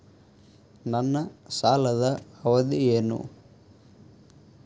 ನನ್ನ ಸಾಲದ ಅವಧಿ ಏನು?